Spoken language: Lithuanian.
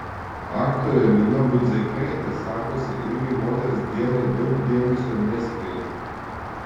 aktorė lina budzeikaitė sakosi irgi moters dienai daug dėmesio neskirianti